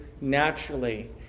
naturally